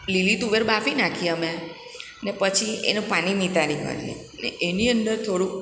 લીલી તુવેર બાફી નાખી અમે ને પછી એનું પાણી નિતારી પાડીએ અને એની અંદર થોડુંક